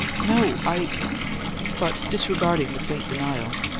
no i but disregarding the faint denial,